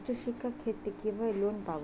উচ্চশিক্ষার ক্ষেত্রে কিভাবে লোন পাব?